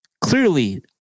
Clearly